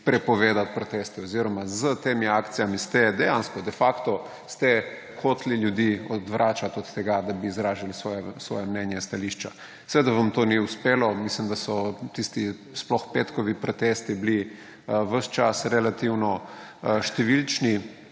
prepovedati proteste oziroma s temi akcijami ste dejansko, de facto ste hoteli ljudi odvračat od tega, da bi izražali svoja mnenja in stališča. Seveda vam to ni uspelo. Mislim, da so bili sploh petkovi protesti ves čas relativno številčni,